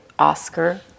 Oscar